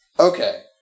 Okay